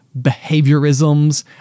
behaviorisms